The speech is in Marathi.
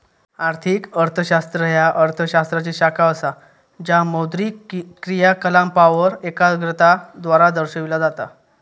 आर्थिक अर्थशास्त्र ह्या अर्थ शास्त्राची शाखा असा ज्या मौद्रिक क्रियाकलापांवर एकाग्रता द्वारा दर्शविला जाता